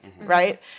right